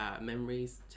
memories